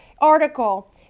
article